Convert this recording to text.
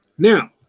Now